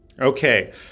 Okay